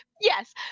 Yes